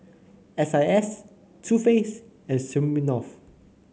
S I S Too Faced and Smirnoff